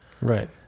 Right